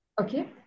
Okay